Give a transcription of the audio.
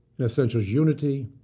in essentials unity,